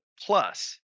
Plus